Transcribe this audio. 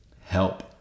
help